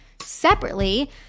Separately